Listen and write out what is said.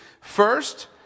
First